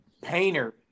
Painter